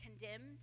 condemned